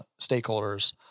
stakeholders